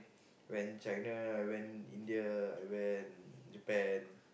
went China I went India I went Japan